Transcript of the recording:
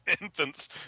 infants